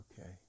okay